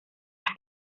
las